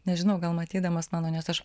nežinau gal matydamas mano nes aš